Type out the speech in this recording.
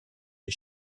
des